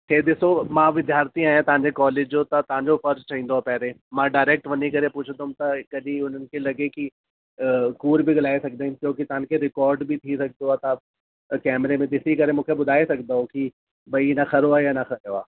हे ॾिसो मां विद्यार्थी आहियां तव्हांजे कॉलेज जो त तव्हांजो फ़र्ज़ु ठहंदो आहे पहिरीं मां डायरेक्ट वञी करे पुछंदुमि त कॾहिं उन्हनि खे लॻे की कूड़ु बि ॻाल्हाइ सघंदा आहिनि कयोंकि तव्हांखे रिकॉर्ड बि थी सघंदो आहे त कैमरे में ॾिसी करे मूंखे सघंदो की भाई इन खंयो आहे या न खंयो आहे